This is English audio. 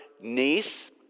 niece